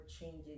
changing